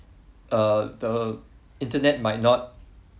uh the internet might not